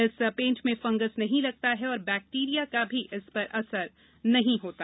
इस पेंट में फंगस नहीं लगता और बैक्टीरिया का भी इस पर असर नहीं होता